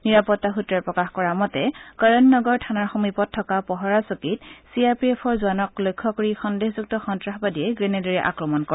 নিৰাপত্তা সূত্ৰই প্ৰকাশ কৰা মতে কৰন নগৰ থানাৰ সমীপত থকা পহৰা চকীত চি আৰ পি এফৰ জোৱানক লক্ষ্য কৰি সন্দেহযুক্ত সন্নাসবাদীয়ে গ্ৰেনেডেৰ আক্ৰমণ কৰে